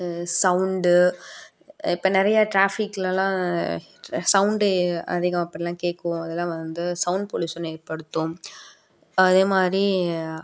sound இப்போ நிறைய ட்ராபிக்லலாம் சவுண்டு அதிகம் அப்படிலாம் கேட்கும் அதெல்லாம் வந்து சவுண்ட் பொல்யூஸன் ஏற்படுத்தும் அதே மாதிரி